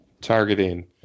targeting